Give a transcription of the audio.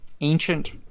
ancient